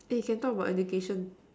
eh can talk about education